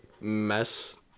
mess